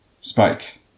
spike